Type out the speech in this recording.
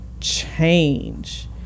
Change